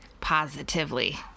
positively